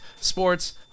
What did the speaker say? sports